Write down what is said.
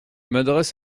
m’adresse